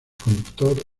conductor